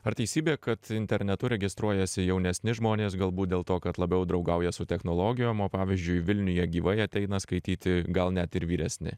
ar teisybė kad internetu registruojasi jaunesni žmonės galbūt dėl to kad labiau draugauja su technologijom o pavyzdžiui vilniuje gyvai ateina skaityti gal net ir vyresni